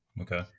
Okay